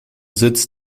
sitz